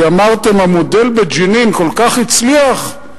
אמרתם שהמודל בג'נין כל כך הצליח,